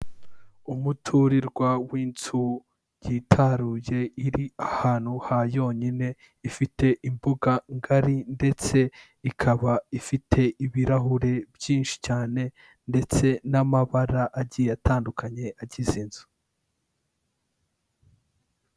Umuturirwa w'inzu yitaruye iri ahantu ha yonyine, ifite imbuga ngari ndetse ikaba ifite ibirahure byinshi cyane ndetse n'amabara agiye atandukanye agize inzu.